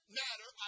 matter